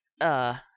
Uh